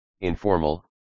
informal